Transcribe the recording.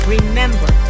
Remember